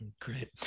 Great